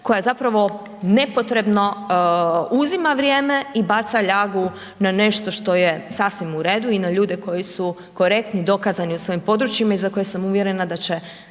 koja zapravo nepotrebno uzima vrijeme i baca ljagu na nešto što je sasvim u redu i na ljude koji su korektni, dokazani u svojim područjima i za koje sam uvjerena da će